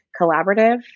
collaborative